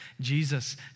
Jesus